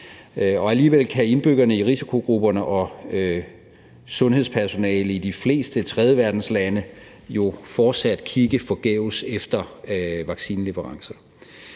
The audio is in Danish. alligevel kan indbyggerne i risikogrupperne og sundhedspersonalet i de fleste tredjeverdenslande fortsat kigge forgæves efter vaccineleverancer.